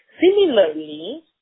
Similarly